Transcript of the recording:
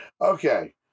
Okay